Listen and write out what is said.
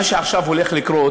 מה שעכשיו הולך לקרות,